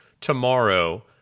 tomorrow